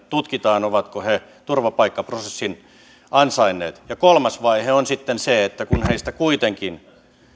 tutkitaan ovatko he turvapaikkaprosessin ansainneet kolmas vaihe on sitten se että kun heistä kuitenkin